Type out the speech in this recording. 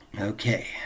Okay